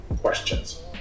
questions